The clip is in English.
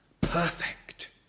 perfect